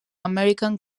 american